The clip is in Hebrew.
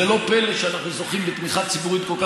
זה לא פלא שאנחנו זוכים בתמיכה ציבורית כל כך